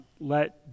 let